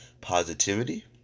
positivity